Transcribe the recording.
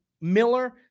Miller